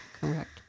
Correct